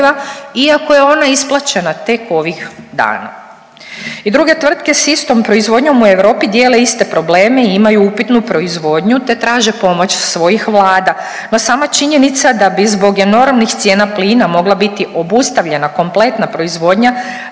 iako je ona isplaćena tek ovih dana.